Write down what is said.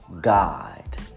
God